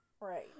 Right